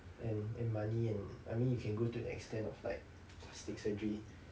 and and money and I mean you can go to the extent of like plastic surgery